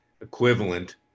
equivalent